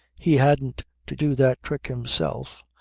he hadn't to do that trick himself,